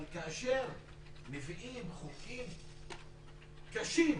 אבל כאשר מביאים חוקים קשים,